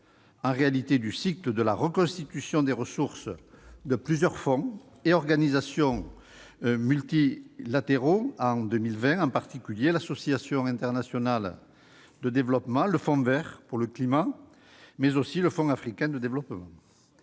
en réalité du cycle de reconstitution des ressources de plusieurs fonds et organisations multilatéraux en 2020, en particulier l'Association internationale de développement (AID), le Fonds vert pour le climat (FVC) et le Fonds africain de développement